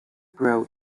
grow